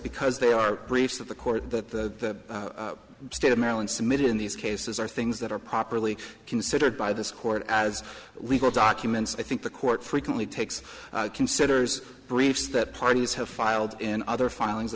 because they are briefs of the court that the state of maryland submitted in these cases are things that are properly considered by this court as legal documents i think the court frequently takes considers briefs that parties have filed in other filings